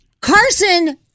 Carson